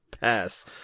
Pass